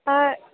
হয়